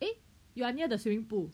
eh you are near the swimming pool